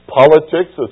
politics